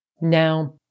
Now